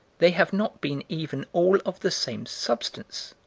they have not been even all of the same substance.